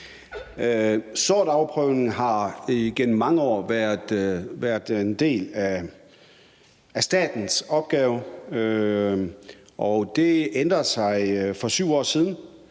Sortsafprøvning har igennem mange år været en del af statens opgaver. Det ændrede sig for 7 år siden,